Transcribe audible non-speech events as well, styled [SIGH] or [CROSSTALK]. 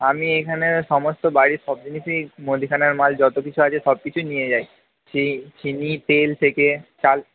আমি এখানে সমস্ত বাড়ির সব জিনিসই মুদিখানার মাল যত কিছু আছে সব কিছু নিয়ে যাই [UNINTELLIGIBLE] চিনি তেল থেকে চাল